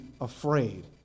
afraid